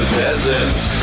peasants